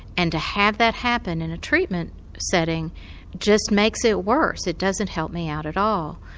and to have that happen in a treatment setting just makes it worse, it doesn't help me out at all.